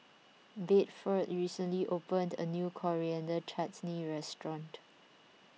Bedford recently opened a new Coriander Chutney restaurant